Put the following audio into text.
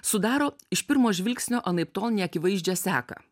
sudaro iš pirmo žvilgsnio anaiptol neakivaizdžią seką